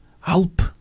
Help